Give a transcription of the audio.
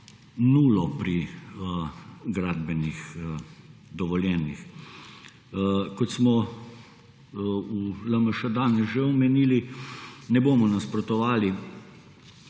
nulo pri gradbenih dovoljenjih. Kot smo v LMŠ danes že omenili, ne bomo nasprotovali